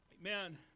Amen